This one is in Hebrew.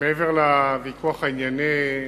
מעבר לוויכוח הענייני,